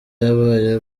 yabaye